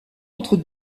entre